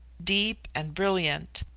deep and brilliant,